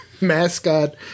mascot